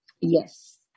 Yes